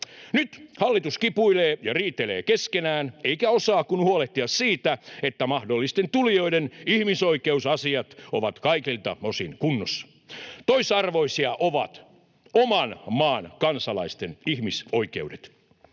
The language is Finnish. Nyt hallitus kipuilee ja riitelee keskenään eikä osaa kuin huolehtia siitä, että mahdollisten tulijoiden ihmisoikeusasiat ovat kaikilta osin kunnossa. Toisarvoisia ovat oman maan kansalaisten ihmisoikeudet.